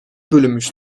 bölünmüş